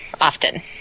often